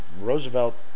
Roosevelt